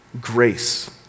grace